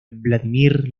vladímir